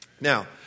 Now